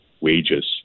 wages